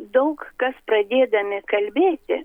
daug kas pradėdami kalbėti